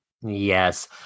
Yes